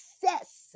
success